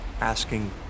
asking